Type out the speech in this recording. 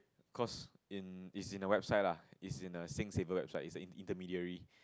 cause in it's in the website lah it's in the SingSaver website it's a an intermediary